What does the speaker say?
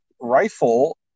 rifle